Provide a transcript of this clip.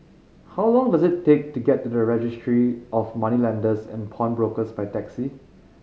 how long does it take to get to Registry of Moneylenders and Pawnbrokers by taxi